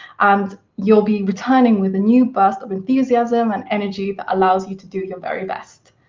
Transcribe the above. and you'll be returning with a new burst of enthusiasm and energy that allows you to do your very best.